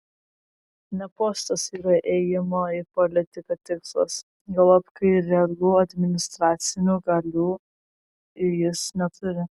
ne postas yra ėjimo į politiką tikslas juolab kai realių administracinių galių jis neturi